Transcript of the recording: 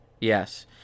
Yes